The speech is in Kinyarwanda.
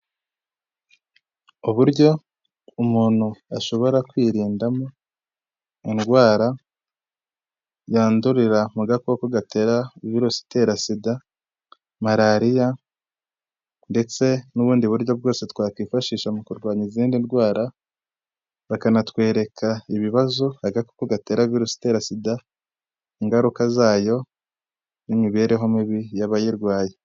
Uburyo umuntu ashobora kwirindamo indwara yandurira mu gakoko gatera virusi itera sida, malariya ndetse n'ubundi buryo bwose twakwifashisha mu kurwanya izindi ndwara bakanatwereka ibibazo agakoko gatera virusi itera sida, ingaruka zayo n'imibereho mibi y'abayirwaye.